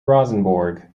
rosenborg